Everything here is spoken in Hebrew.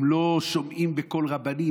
הם לא שומעים בקול רבנים,